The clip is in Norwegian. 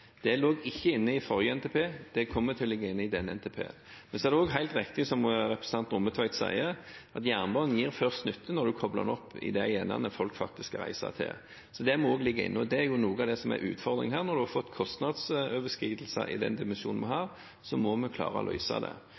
Det lå ikke inne i forrige NTP, det kommer til å ligge inne i denne NTP-en. Det er også helt riktig, som representanten Rommetveit sier, at jernbanen først gir nytte når en kobler den til de endene som folk faktisk reiser til. Det må også ligge inne, og det er noe av det som er utfordringen her. Når en har fått kostnadsoverskridelser i den dimensjonen vi har, må vi klare å løse det.